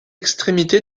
extrémité